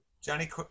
Johnny